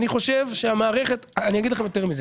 אני חושב שהמערכת, אני אגיד לכם יותר מזה.